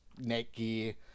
Netgear